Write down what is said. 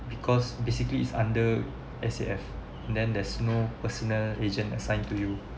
because basically is under S_A_F then there's no personal agent assigned to you